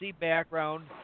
background